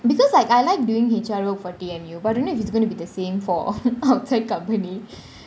because like I like doing H_R work for T_M_U but I don't know if it's going to be the same for o~ outside company